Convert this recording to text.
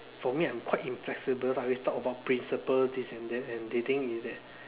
for me I'm quite inflexible I always talk about principle this and that and they think is that